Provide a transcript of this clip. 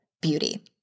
beauty